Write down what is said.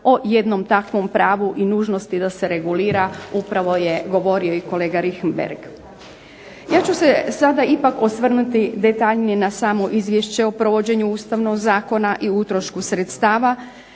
o jednom takvom pravu i nužnosti da se regulira upravo je govorio i kolega Richembergh. Ja ću se sada ipak osvrnuti detaljnije na samo Izvješće o provođenju Ustavnog zakona i utrošku sredstava